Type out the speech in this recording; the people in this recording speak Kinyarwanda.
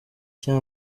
cya